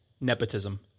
nepotism